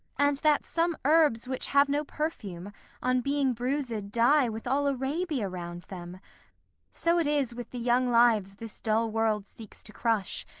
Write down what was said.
and that some herbs which have no perfume, on being bruised die with all arabia round them so it is with the young lives this dull world seeks to crush,